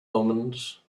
omens